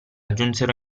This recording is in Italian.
giunsero